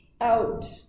out